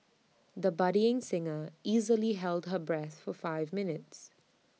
the budding singer easily held her breath for five minutes